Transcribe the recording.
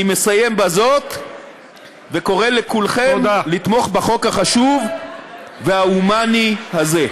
אני מסיים בזאת וקורא לכולכם לתמוך בחוק החשוב וההומני הזה.